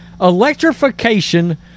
electrification